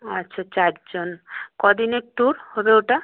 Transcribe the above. আচ্ছা চারজন ক দিনের ট্যুর হবে ওটা